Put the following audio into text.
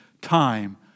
time